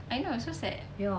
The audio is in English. I know so sad